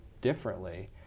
differently